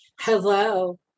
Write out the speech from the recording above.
hello